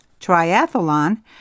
triathlon